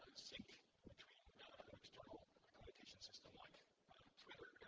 sync between an external communication system like twitter